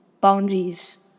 boundaries